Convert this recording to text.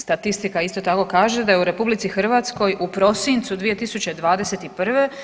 Statistika isto tako kaže da je u RH u prosincu 2021.